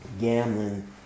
gambling